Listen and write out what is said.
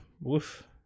woof